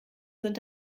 sind